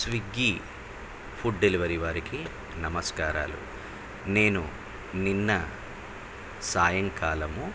Swiggy food delivery వారికి నమస్కారాలు నేను నిన్న సాయంకాలము